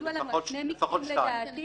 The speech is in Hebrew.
ידוע להם על שני מקרים לדעתי,